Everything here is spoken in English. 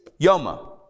Yoma